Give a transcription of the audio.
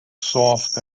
soft